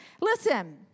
Listen